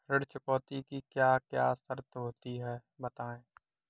ऋण चुकौती की क्या क्या शर्तें होती हैं बताएँ?